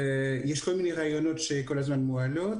יש כל מיני רעיונות שכל הזמן מועלים,